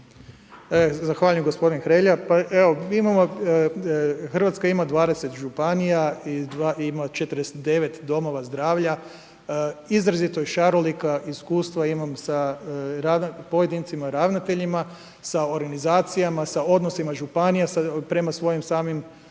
Zahvaljujem gospodine Hrelja. Pa evo mi imamo, Hrvatska ima 20 županija i ima 49 domova zdravlja, izrazito je šarolika, iskustva imam sa pojedincima ravnateljima, sa organizacijama, sa odnosima županija prema svojim samim